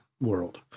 world